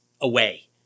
away